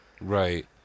Right